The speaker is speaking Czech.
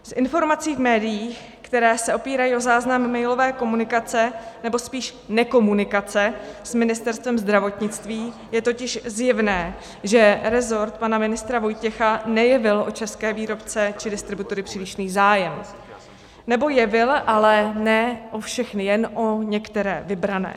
Z informací v médiích, které se opírají o záznam mailové komunikace, nebo spíš nekomunikace s Ministerstvem zdravotnictví, je totiž zjevné, že rezort pana ministra Vojtěcha nejevil o české výrobce či distributory přílišný zájem, nebo jevil, ale ne o všechny, jen o některé vybrané.